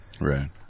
Right